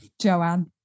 Joanne